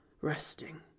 resting